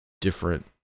different